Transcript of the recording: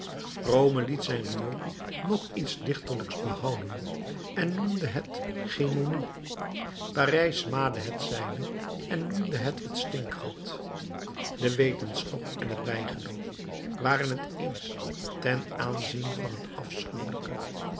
rome liet zijn riool nog iets dichterlijks behouden en noemde het gemonie parijs smaadde het zijne en noemde het t stinkgat de wetenschap en het bijgeloof waren het eens ten aanzien van het afschuwelijke